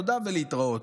תודה ולהתראות.